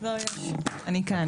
אני כאן.